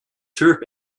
turf